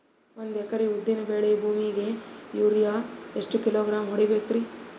ಒಂದ್ ಎಕರಿ ಉದ್ದಿನ ಬೇಳಿ ಭೂಮಿಗ ಯೋರಿಯ ಎಷ್ಟ ಕಿಲೋಗ್ರಾಂ ಹೊಡೀಬೇಕ್ರಿ?